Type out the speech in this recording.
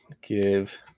give